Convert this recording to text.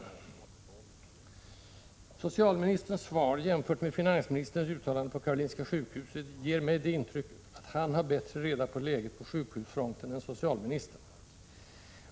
Socialministerns svar — jämfört med finansministerns uttalande på Karolinska sjukhuset — ger mig det intrycket att han har bättre reda på läget på sjukhusfronten än socialministern.